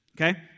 Okay